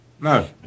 No